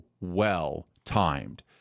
well-timed